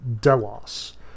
Delos